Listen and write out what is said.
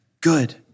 good